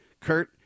Kurt